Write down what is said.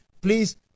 please